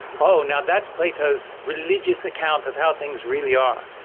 oh, now that's plato's religious account of how things really are.